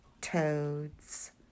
toads